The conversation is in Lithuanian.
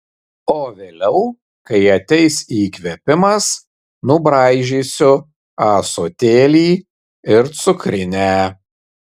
o vėliau kai ateis įkvėpimas nubraižysiu ąsotėlį ir cukrinę